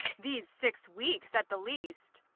these six weeks at the least.